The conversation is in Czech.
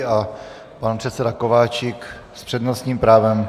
A pan předseda Kováčik s přednostním právem.